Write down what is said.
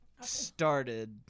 started